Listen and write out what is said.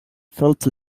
felt